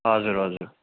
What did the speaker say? हजुर हजुर